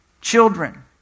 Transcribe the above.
children